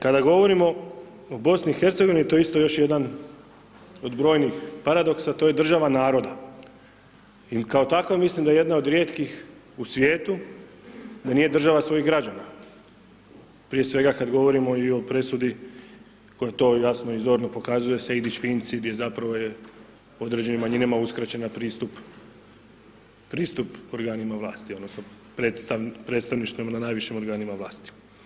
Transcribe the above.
Kada govorimo o BIH, to je isto još jedan od brojnih paradoksa, to je država naroda i kao takva mislim da je jedna rijetkih u svijetu, da nije država svojih građana, prije svega kada govorimo o presudi koja to jasno i zorno prikazuje sa … Finci, gdje zapravo je određenim manjinama uskraćen pristup organima vlasti, onda, predstavništava na najvišim organima vlasti.